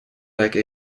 like